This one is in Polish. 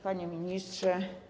Panie Ministrze!